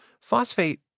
phosphate